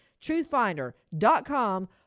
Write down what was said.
truthfinder.com